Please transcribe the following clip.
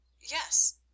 Yes